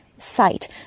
site